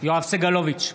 יואב סגלוביץ'